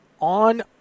on